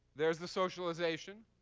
there's the socialization.